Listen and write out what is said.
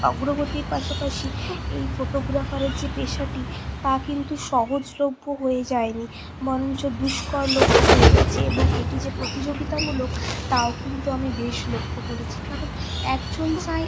অগ্রগতির পাশাপাশি এই ফোটোগ্রাফারের যে পেশাটি তা কিন্তু সহজলভ্য হয়ে যায়নি বরঞ্চ দুষ্করলভ্য হয়ে গিয়েছে এবং এটি যে প্রতিযোগিতামূলক তাও কিন্তু আমি বেশ লক্ষ করেছি কারণ একজন চায়